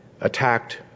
attacked